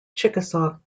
chickasaw